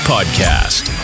Podcast